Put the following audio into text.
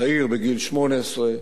צעיר בגיל 18,